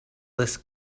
this